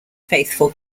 faithful